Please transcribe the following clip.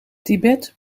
tibet